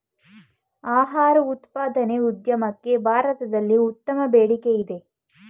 ಆಹಾರ ಉತ್ಪಾದನೆ ಉದ್ಯಮಕ್ಕೆ ಭಾರತದಲ್ಲಿ ಉತ್ತಮ ಬೇಡಿಕೆಯಿದೆ